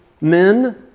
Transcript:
men